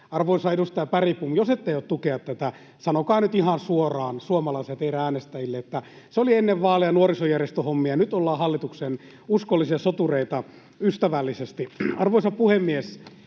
Arvoisa edustaja Bergbom, jos ette aio tukea tätä, sanokaa nyt ihan suoraan suomalaisille ja teidän äänestäjille, että se oli ennen vaaleja, nuorisojärjestöhommia. Nyt ollaan hallituksen uskollisia sotureita ystävällisesti. Arvoisa puhemies!